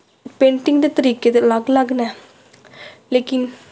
painting दे तरीके ते अलग अलग न लेकिन